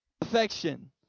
affection